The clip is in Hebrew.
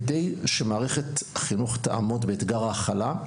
כדי שמערכת החינוך תעמוד באתגר ההכלה,